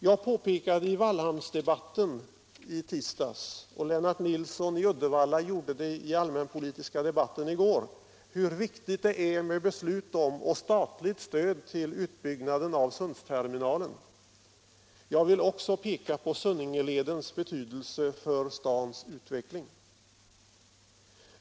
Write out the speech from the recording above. Jag påpekade i Wallhamnsdebatten i tisdags —- och Lennart Nilsson i Uddevalla gjorde det i den allmänpolitiska debatten i går — hur viktigt det är med beslut om statligt stöd till utbyggnaden av Sundsterminalen. Jag vill också peka på Sunningeledens betydelse för stadens utveckling.